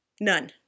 None